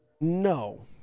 No